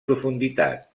profunditat